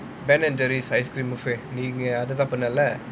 Ben & Jerry's ice cream buffet நீ அததான் பண்ணுவே இல்ல:nee athathaan pannuvae illa